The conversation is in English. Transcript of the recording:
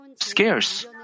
scarce